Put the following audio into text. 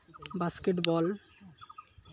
basket ball